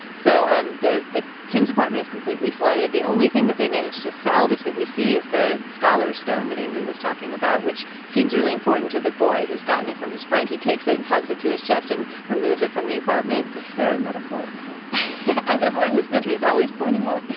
so um the the kims apartment is completely flooded. the only thing that they managed to salvage that we see is the scholar's stone that ingrid was talking about which seems really important to the boy who's gotten it from his friend. he takes it and hugs it to his chest and removes it from the apartment it's very metaphorical as everyone in this movie is always pointing out.